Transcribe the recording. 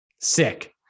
Sick